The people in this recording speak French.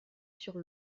sur